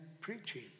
preaching